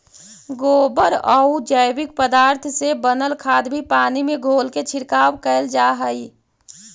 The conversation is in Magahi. गोबरआउ जैविक पदार्थ से बनल खाद भी पानी में घोलके छिड़काव कैल जा हई